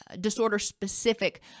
disorder-specific